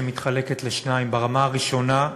שמתחלקת לשניים: הרמה הראשונה,